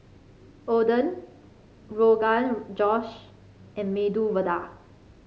Oden Rogan Josh and Medu Vada